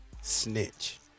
Snitch